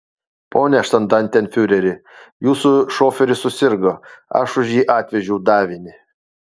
pone štandartenfiureri jūsų šoferis susirgo aš už jį atvežiau davinį